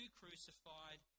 crucified